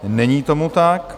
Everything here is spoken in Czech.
Není tomu tak.